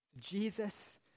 Jesus